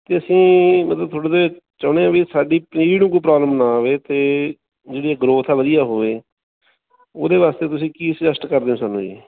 ਅਤੇ ਅਸੀਂ ਮਤਲਬ ਤੁਹਾਡੇ ਤੋਂ ਚਾਹੁੰਦੇ ਹਾਂ ਵੀ ਸਾਡੀ ਪਨੀਰੀ ਨੂੰ ਕੋਈ ਪ੍ਰੋਬਲਮ ਨਾ ਆਵੇ ਅਤੇ ਜਿਹੜੀ ਆ ਗਰੋਥ ਆ ਵਧੀਆ ਹੋਵੇ ਉਹਦੇ ਵਾਸਤੇ ਤੁਸੀਂ ਕੀ ਸੁਜੇਸਟ ਕਰਦੇ ਹੋ ਸਾਨੂੰ ਜੀ